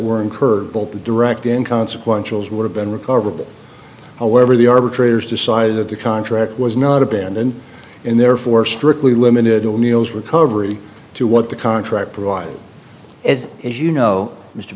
were incurred both the direct in consequential as would have been recoverable however the arbitrator's decided that the contract was not abandon and therefore strictly limited o'neill's recovery to what the contract provided as as you know mr